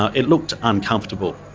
ah it looked uncomfortable.